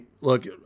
look